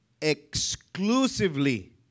exclusively